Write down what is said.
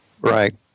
Right